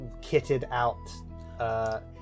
kitted-out